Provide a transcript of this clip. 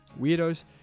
Weirdos